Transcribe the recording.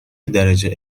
درجه